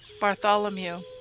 Bartholomew